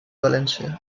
valencià